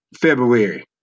February